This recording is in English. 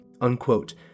unquote